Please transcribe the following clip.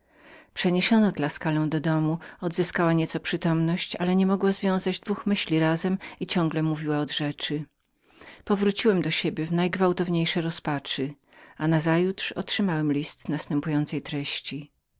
przerażenia przeniesiono tuskulę do domu odzyskała nieco przytomność ale nie mogła związać dwóch myśli razem i ciągle gadała od rzeczy powróciłem do domu w najgwałtowniejszej rozpaczy i nazajutrz otrzymałem list następującej treści